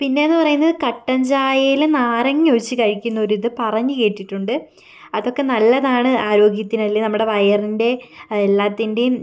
പിന്നെയെന്നു പറയുന്നത് കട്ടൻ ചായയിൽ നാരങ്ങ ഒഴിച്ചു കഴിക്കുന്ന ഒരു ഇത് പറഞ്ഞു കേട്ടിട്ടുണ്ട് അതൊക്കെ നല്ലതാണ് ആരോഗ്യത്തിന് അല്ലെ നമ്മുടെ വയറിൻ്റെ എല്ലാത്തിന്റെയും